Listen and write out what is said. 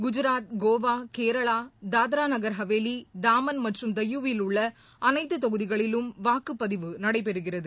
குஜராத் கோவா கேரளா தாத்ரா மற்றும் நாகர் ஹாவேலி டாமன் மற்றும் டையூவில் உள்ள அளைத்து தொகுதிகளிலும் வாக்குப்பதிவு நடைபெறுகிறது